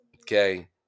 okay